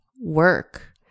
work